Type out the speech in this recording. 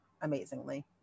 amazingly